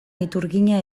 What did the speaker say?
iturgina